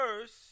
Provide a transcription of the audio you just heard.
First